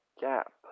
gap